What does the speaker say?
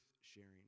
sharing